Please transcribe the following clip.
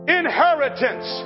inheritance